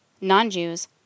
non-Jews